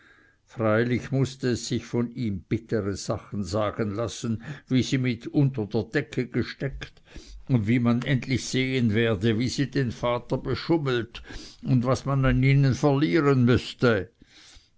freilich mußte es sich von ihm bittere sachen sagen lassen wie sie mit unter der decke gesteckt und wie man endlich sehen werde wie sie den vater beschummelt und was man an ihnen verlieren müßte